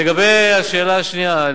לגבי השאלה השנייה,